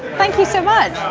thank you so much,